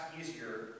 easier